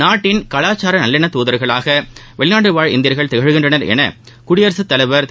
நாட்டின் கலாச்சார நல்லெண்ண தூதர்களாக வெளிநாடு வாழ் இந்தியர்கள் திகழ்கின்றனர் என குடியரசுத் தலைவர் திரு